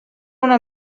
una